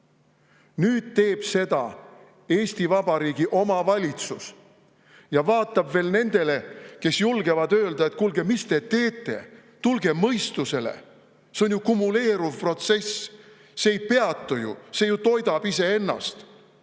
Nüüd teeb seda Eesti Vabariigi oma valitsus ja vaatab veel [viltu] nende peale, kes julgevad öelda: kuulge, mis te teete, tulge mõistusele, see on kumuleeruv protsess, see ei peatu ju, see toidab iseennast.